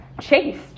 chased